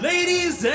Ladies